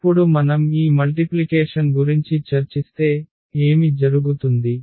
ఇప్పుడు మనం ఈ మల్టిప్లికేషన్ గురించి చర్చిస్తే ఏమి జరుగుతుంది